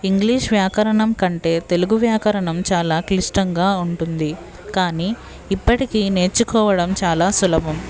English వ్యాకరణం కంటే తెలుగు వ్యాకరణం చాల క్లిష్టంగా ఉంటుంది కాని ఇప్పటికి నేర్చుకోవడం చాల సులభం